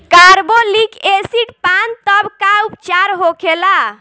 Carbolic acid पान तब का उपचार होखेला?